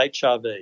HIV